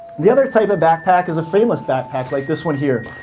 the other type of backpack is a frameless backpack like this one here.